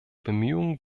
bemühungen